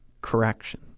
correction